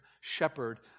shepherd